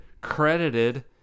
credited